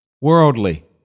Worldly